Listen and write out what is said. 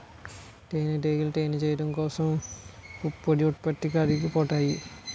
తేనిటీగలు తేనె చేయడం కోసం పుప్పొడి ఉత్పత్తి కాడికి పోతాయి